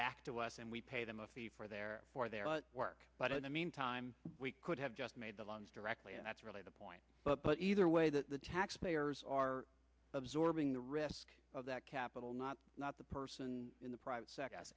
back to us and we pay them a fee for their work but in the meantime we could have just made the loans directly and that's really the point but either way that the taxpayers are absorbing the risk of that capital not not the person in the private sector